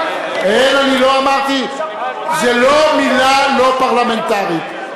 אין, אני לא אמרתי, זו לא מלה לא פרלמנטרית.